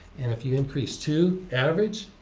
and if you increase two average,